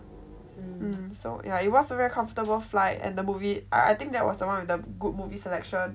so yeah it was a very comfortable flight and the movie I think that was the one with the good movie selection